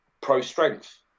pro-strength